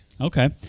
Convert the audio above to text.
Okay